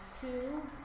two